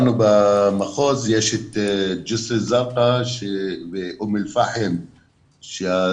לנו במחוז יש את ג'יסר א זרקא ואום אל פאחם כאר